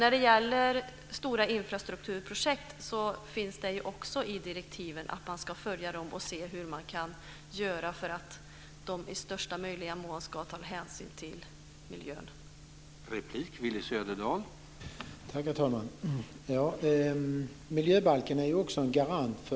När det gäller stora infrastrukturprojekt finns det också med i direktiven att man ska följa dem och se hur man kan göra för att de i största möjliga mån ska ta hänsyn till miljön.